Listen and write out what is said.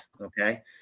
okay